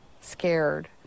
scared